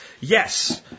Yes